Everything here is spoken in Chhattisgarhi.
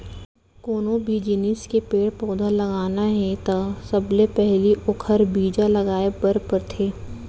कोनो भी जिनिस के पेड़ पउधा लगाना हे त सबले पहिली ओखर बीजा लगाए बर परथे